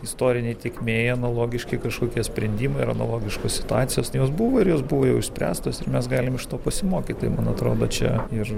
istorinėj tėkmėj analogiški kažkokie sprendimai ir analogiškos situacijos jos buvo ir jos buvo jau išspręstos ir mes galim iš to pasimokyt tai man atrodo čia ir